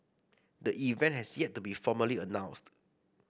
the event has yet to be formally announced